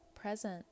present